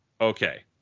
okay